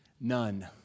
None